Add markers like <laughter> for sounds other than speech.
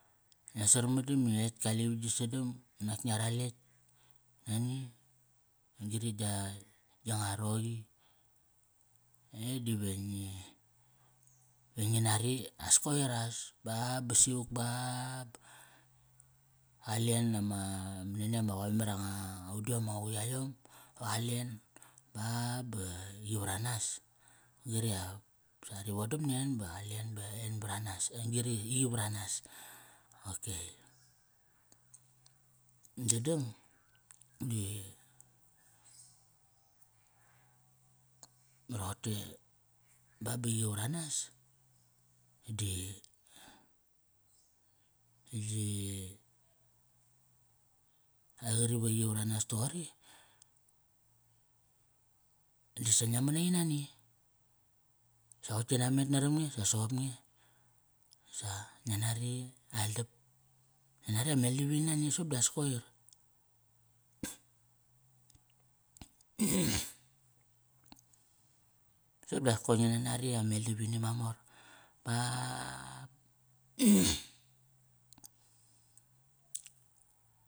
Ngia sarmadam i etk kaliqi va gi sadam. Unak ngia ral etk nani, un-gri gia, gia nga roqi, e dive ngi, ve ngi nari as koir as. Ba, ba sivuk baa, qale en ama manania ma qoe. Mamar i anga, nga udiom anga quia yom. Va qale en ba ba qi varanas, qari ap sari vodam nen ba qale en ba <unintelligible> un-gri qi varanas. Okay dadang di, ba roqote ba, ba qi varanas di gi, ai qari va qi varanas toqori, disa ngia manaqi nani. Sa qoi tki na met naram nge, sa soqop nge. Sa ngia nari aldap. Ngia nari ameldavini nani soqop di as koir <noise> soqop di as koir ngi na nari ameldavini mamor. Baap <noise>